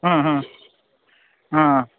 ಹ್ಞೂ ಹ್ಞೂ ಹ್ಞೂ